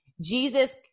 Jesus